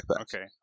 Okay